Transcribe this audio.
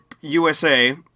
USA